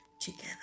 together